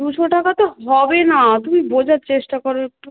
দুশো টাকা তো হবে না তুমি বোঝার চেষ্টা করো একটু